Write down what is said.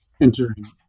entering